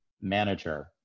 manager